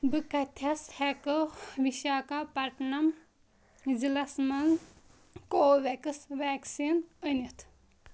بہٕ کَتھیٚس ہیٚکہٕ وِشاکھاپٹنَم ضلعس مَنٛز کو ویٚکٕس ویکسیٖن أنِتھ